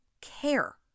care